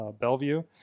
Bellevue